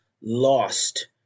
lost